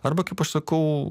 arba kaip aš sakau